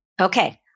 Okay